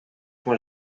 com